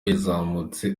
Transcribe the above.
yazamutse